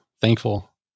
thankful